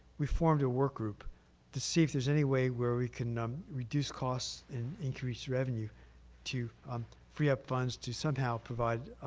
we formed a workgroup to see if there is anyway where we could reduce costs and increase revenue to free up funds to somehow provide